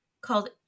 called